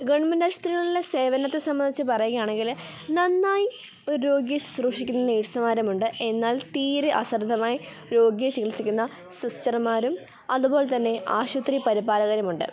government ആശുപത്രികളിലെ സേവനത്തെ സംബന്ധിച്ച് പറയുകയാണങ്കിൽ നന്നായി ഒരു രോഗിയെ ശുശ്രൂഷിക്കുന്ന നേഴ്സ്മാരും ഉണ്ട് എന്നാൽ തീരെ അശ്രദ്ധമായി രോഗിയെ ചികിത്സിക്കുന്ന സിസ്റ്റർമാരും അതുപോലെ തന്നെ ആശുപത്രി പരിപാലകരും ഉണ്ട്